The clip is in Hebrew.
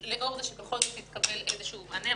לאור שבכל זאת יתקבל איזשהו מענה,